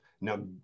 Now